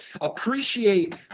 appreciate